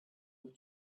with